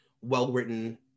well-written